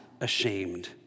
ashamed